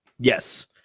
Yes